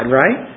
right